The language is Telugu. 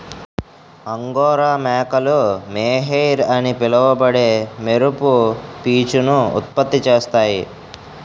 అంగోరా మేకలు మోహైర్ అని పిలువబడే మెరుపు పీచును ఉత్పత్తి చేస్తాయి